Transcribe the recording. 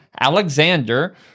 Alexander